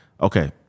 Okay